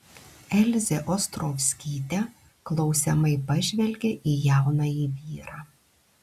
elzė ostrovskytė klausiamai pažvelgė į jaunąjį vyrą